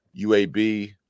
UAB